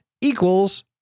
equals